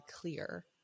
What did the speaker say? clear